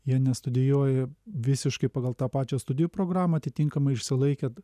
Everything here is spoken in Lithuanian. jie nestudijuoja visiškai pagal tą pačią studijų programą atitinkamai išsilaikė